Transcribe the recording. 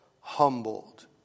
humbled